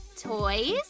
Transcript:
Toys